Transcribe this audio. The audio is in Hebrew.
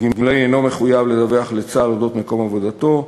הגמלאי אינו מחויב לדווח לצה"ל על אודות מקום עבודתו.